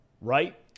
right